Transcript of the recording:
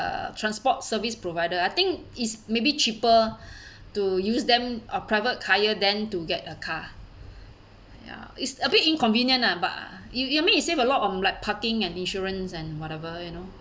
err transport service provider I think it's maybe cheaper to use them or private hire them to get a car ya it's a bit inconvenient ah but you you mean you save a lot on like parking and insurance and whatever you know